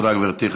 תודה, גברתי.